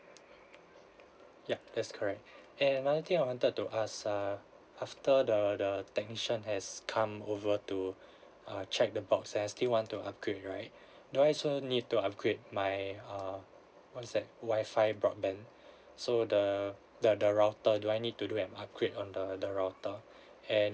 ya that's correct and another thing I wanted to ask err after the the technician has come over to uh check the box and I still want to upgrade right do I also need to upgrade my uh what's that wifi broadband so the the the router do I need to do an upgrade on the the router and